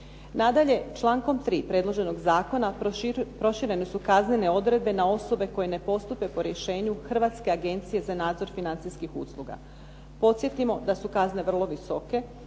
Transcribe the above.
Nadalje, člankom 3. predloženog zakona proširene su kaznene odredbe na osobe koje ne postupe po rješenju Hrvatske agencije za nadzor financijskih usluga. Podsjetimo da su kazne vrlo visoke.